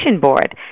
Board